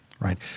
Right